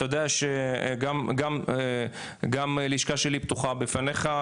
אתה יודע שגם הלשכה שלי פתוחה בפניך,